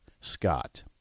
Scott